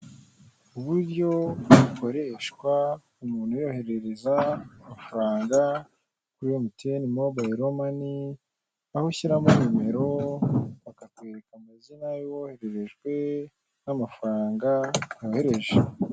Uburyo bukoreshwa umuntu yoherereza amafaranga kuri MTN Mobayilo Mani, aho ushyiramo nimero, bakakwereka amazina y'uwohererejwe, n'amafaranga wohereje